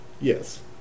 Yes